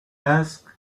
asked